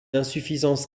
insuffisance